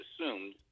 assumed